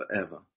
forever